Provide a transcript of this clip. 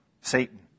Satan